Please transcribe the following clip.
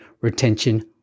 retention